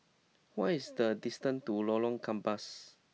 what is the distance to Lorong Gambas